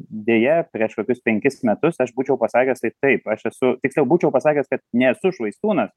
deja prieš kokius penkis metus aš būčiau pasakęs tai taip aš esu tiksliau būčiau pasakęs kad nesu švaistūnas